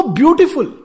beautiful